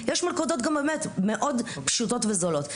יש מלכודות מאוד פשוטות וזולות.